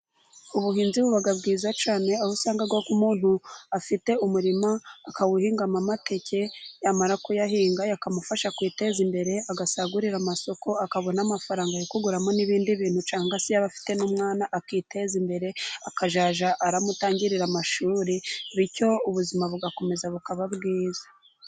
Ubuhinzi buba bwiza cyane, aho usanga ko umuntu afite umurima, akawuhingamo amateke, yamara kuyahinga, akamufasha kwiteza imbere, agasagurira amasoko, akabona amafaranga yokuguramo n'ibindi bintu, cyangwa se yaba afite n'umwana akiteza imbere, akazajya amutangira amashuri, bityo ubuzima bugakomeza bukaba bwiza.